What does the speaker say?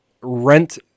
rent